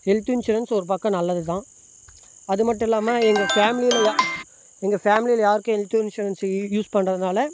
health insurance ஒரு பக்கம் நல்லதுதான் அது மட்டும் இல்லாமல் எங்கள் ஃபேம்லியில் எங்கள் ஃபேமிலியில் யாருக்கும் ஹெல்த் இன்சூரன்ஸ் யூஸ் பண்ணுறதுனால